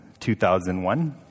2001